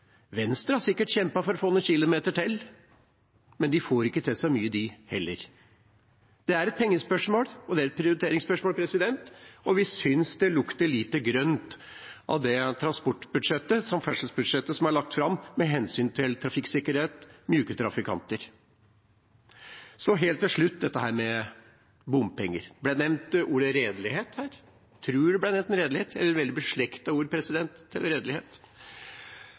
Venstre har sikkert kjempet for å få noen kilometer til, men de får ikke til så mye, de heller. Det er et pengespørsmål, og det er et prioriteringsspørsmål, og vi synes det lukter lite grønt av det samferdselsbudsjettet som er lagt fram, med hensyn til trafikksikkerhet og myke trafikanter. Så helt til slutt til dette med bompenger. Ble det nevnt ordet «redelighet» her? – Jeg tror det ble nevnt «redelighet», eller et veldig beslektet ord.